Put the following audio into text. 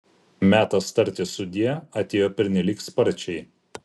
metas tarti sudie atėjo pernelyg sparčiai